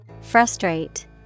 Frustrate